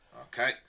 Okay